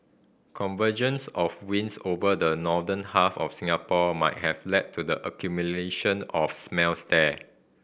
convergence of winds over the northern half of Singapore might have led to the accumulation of smells there